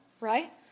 right